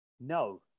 No